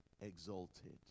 exalted